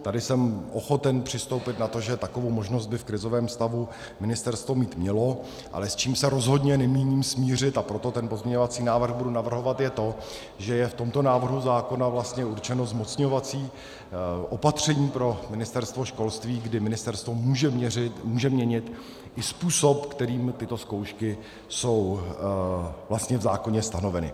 Tady jsem ochoten přistoupit na to, že takovou možnost by v krizovém stavu ministerstvo mít mělo, ale s čím se rozhodně nemíním smířit, a proto ten pozměňovací návrh budu navrhovat, je to, že je v tomto návrhu zákona vlastně určeno zmocňovací opatření pro Ministerstvo školství, kdy ministerstvo může měnit i způsob, kterým tyto zkoušky jsou v zákoně stanoveny.